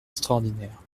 extraordinaire